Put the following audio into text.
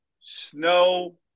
snow